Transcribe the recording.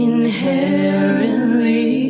Inherently